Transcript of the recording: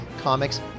comics